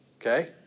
okay